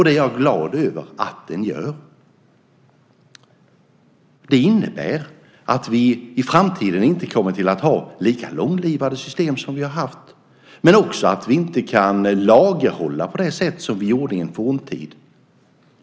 Det är jag glad över att den gör. Det innebär att vi i framtiden inte kommer att ha lika långlivade system som vi har haft men också att vi inte kan lagerhålla på det sätt som vi gjorde i en forntid.